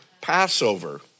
Passover